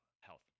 health